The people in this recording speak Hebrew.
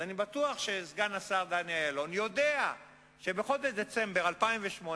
אז אני בטוח שסגן השר דני אילון יודע שבחודש דצמבר 2008,